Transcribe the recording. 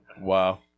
Wow